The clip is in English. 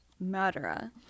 Murderer